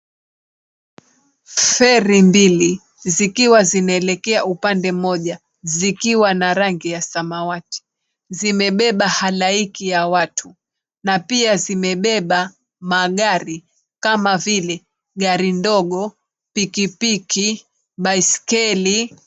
Feri mbili zikiwa zinaelekea upande mmoja zikiwa na rangi ya samawati, zimebeba halaiki ya watu na pia zimebeba magari kama vile gari ndogo, pikipiki, baiskeli.